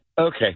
okay